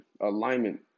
alignment